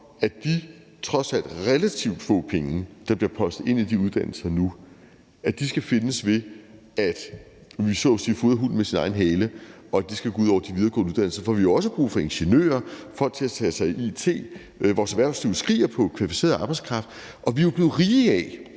de trods alt relativt få penge, der bliver postet ind i de uddannelser nu, skal findes, ved at vi så at sige fodrer hunden med sin egen hale, og at det skal gå ud over de videregående uddannelser. For vi har også brug for ingeniører og folk til at tage sig af it; vores erhvervsliv skriger på kvalificeret arbejdskraft, og vi er jo blevet rige af